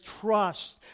trust